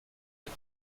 mit